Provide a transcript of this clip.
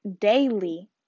daily